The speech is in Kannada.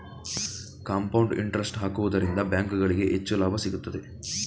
ಕಾಂಪೌಂಡ್ ಇಂಟರೆಸ್ಟ್ ಹಾಕುವುದರಿಂದ ಬ್ಯಾಂಕುಗಳಿಗೆ ಹೆಚ್ಚು ಲಾಭ ಸಿಗುತ್ತದೆ